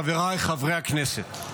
חבריי חברי הכנסת,